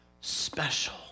special